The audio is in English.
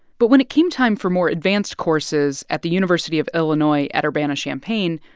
but when it came time for more advanced courses at the university of illinois at urbana-champaign,